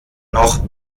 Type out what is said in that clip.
noch